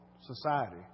society